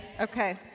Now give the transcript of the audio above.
okay